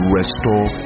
restore